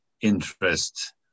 interest